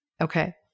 Okay